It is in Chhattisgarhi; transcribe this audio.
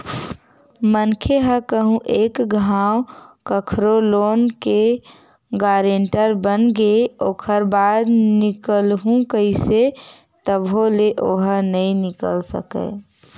मनखे ह कहूँ एक घांव कखरो लोन के गारेंटर बनगे ओखर बाद निकलहूँ कइही तभो ले ओहा नइ निकल सकय